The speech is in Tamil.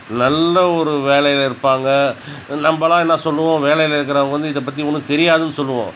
நல்ல ஒரு வேலையில் இருப்பாங்க நம்மலாம் என்ன சொல்வோம் வேலையில் இருக்கிறவங்க வந்து இதை பற்றி ஒன்றும் தெரியாதுனு சொல்வோம்